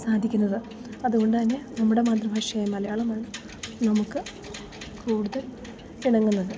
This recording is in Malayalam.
സാധിക്കുന്നത് അതുകൊണ്ട് തന്നെ നമ്മുടെ മാതൃഭാഷയായ മലയാളമാണ് നമുക്ക് കൂടുതൽ ഇണങ്ങുന്നത്